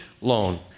loan